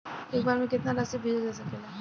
एक बार में केतना राशि भेजल जा सकेला?